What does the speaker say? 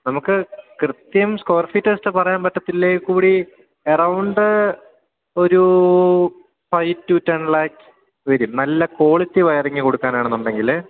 നമുക്ക് കൃത്യം square feet എടുത്തുപറയാൻ പറ്റില്ലെങ്കില്ക്കൂടി എറൗണ്ട് ഒരു ഫൈവ് ടു ടെൻ ലാഖ് വരും നല്ല ക്വാളിറ്റി വയറിങ് കൊടുക്കാനാണെന്നുണ്ടെങ്കില്